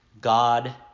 God